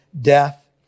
death